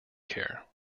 care